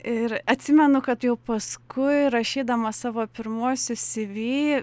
ir atsimenu kad jau paskui rašydama savo pirmuosius syvy